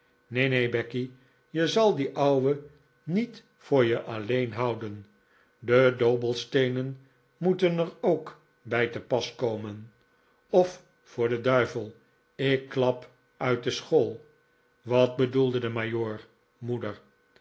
nee nee becky je zal die ouwe niet voor je alleen houden de dobbelsteenen moeten er ook bij te pas komen of voor den duivel ik klap uit de school wat bedoelde de majoor moeder